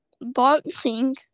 Boxing